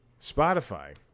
Spotify